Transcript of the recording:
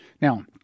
Now